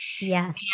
Yes